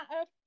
Earth